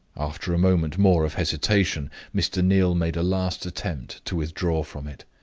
after a moment more of hesitation, mr. neal made a last attempt to withdraw from it.